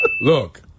Look